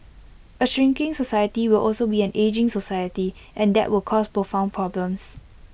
A shrinking society will also be an ageing society and that will cause profound problems